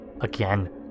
Again